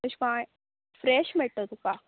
तशें कोण फ्रेश मेळटोलें तुका